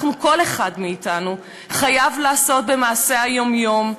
אנחנו, כל אחד מאתנו חייב לעשות במעשה היום-יום.